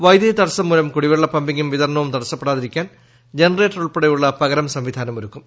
വൈദ്യുതി തടസം മൂലം കൂടിവെള്ള പമ്പിങ്ങും വിതരണവും തടസപ്പെടാതിരിക്കാൻ ജനറേറ്റർ ഉൾപ്പടെയുള്ള പക്രം സ്ംവിധാനമൊരുക്കും